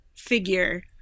figure